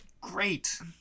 great